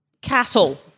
cattle